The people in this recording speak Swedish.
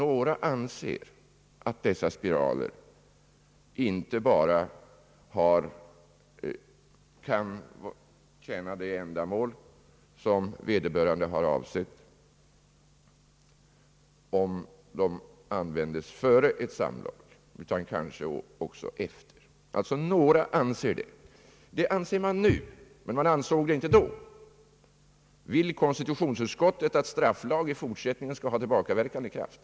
»Några anser», heter det, att dessa spiraler inte bara kan tjäna det ändamål som vederbörande har avsett, om de används före ett samlag utan kanske också efter. Det finns alltså några som anser det nu, men det ansåg man inte då. Vill konstitutionsutskottet att strafflag i fortsättningen skall ha tillbakaverkande kraft?